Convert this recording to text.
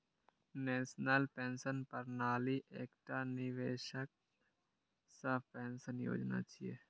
national pension प्रणाली एकटा निवेश सह पेंशन योजना छियै